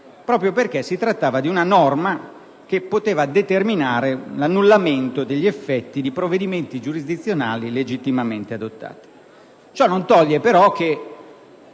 proprio perché si trattava di una norma che poteva determinare l'annullamento degli effetti di provvedimenti giurisdizionali legittimamente adottati. Ciò non toglie però che